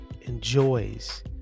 enjoys